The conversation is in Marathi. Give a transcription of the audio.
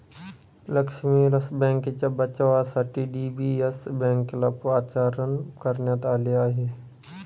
लक्ष्मी विलास बँकेच्या बचावासाठी डी.बी.एस बँकेला पाचारण करण्यात आले आहे